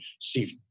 see